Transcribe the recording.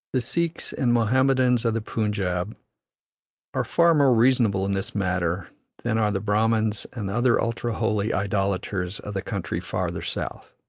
the sikhs and mohammedans of the punjab are far more reasonable in this matter than are the brahmans and other ultra-holy idolaters of the country farther south.